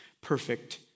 perfect